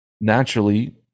naturally